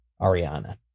Ariana